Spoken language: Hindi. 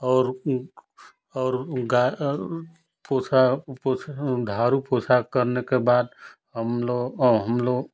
और और गाय आउर पोंछा झाड़ू पोछा करने के बाद हम लोग हम लोग